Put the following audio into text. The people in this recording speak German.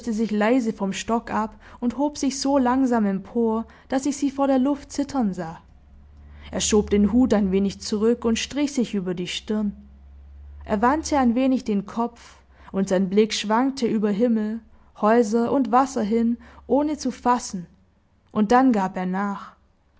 sich leise vom stock ab und hob sich so langsam empor daß ich sie vor der luft zittern sah er schob den hut ein wenig zurück und strich sich über die stirn er wandte ein wenig den kopf und sein blick schwankte über himmel häuser und wasser hin ohne zu fassen und dann gab er nach